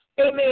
amen